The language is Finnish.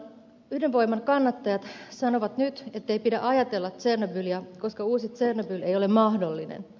ydinvoiman kannattajat sanovat nyt ettei pidä ajatella tsernobyliä koska uusi tsernobyl ei ole mahdollinen